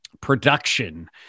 production